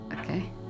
Okay